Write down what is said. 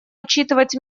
учитывать